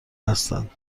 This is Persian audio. هستند